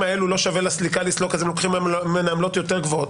האלו לא שווה לסליקה לסלוק אז הם לוקחים ממנה עמלות יותר גבוהות,